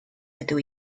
ydw